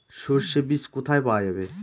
সর্ষে বিজ কোথায় পাওয়া যাবে?